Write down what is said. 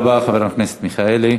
תודה רבה, חבר הכנסת מיכאלי.